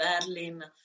Berlin